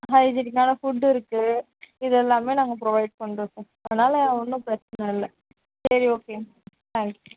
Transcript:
ஹைஜீனிக்கான food இருக்கு இதெல்லாமே நாங்கள் ப்ரொவைட் பண்றோம் சார் அதனால் ஒன்றும் பிரச்சனை இல்லை சரி ஓகே ஆ